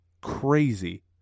crazy